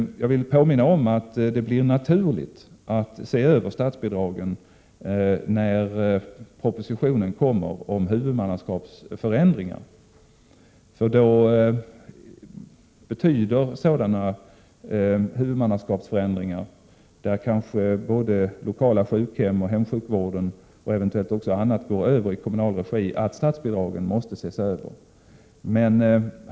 Jag vill påminna om att det blir naturligt att se över statsbidragen när propositionen om huvudmannaskapsförändringar kommer, för sådana huvudmannaskapsförändringar, där kanske både lokala sjukhem och hemsjukvården och eventuellt också annat, går över i kommunal regi, betyder att statsbidragen måste ses över.